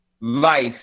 life